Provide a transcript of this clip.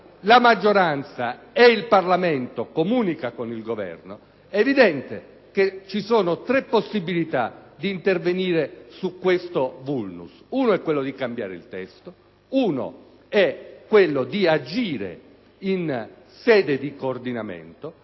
la maggioranza e il Parlamento comunicano con il Governo, ci sono tre possibilità di intervenire su questo *vulnus*: la prima è quella di cambiare il testo; la seconda è quella di agire in sede di coordinamento;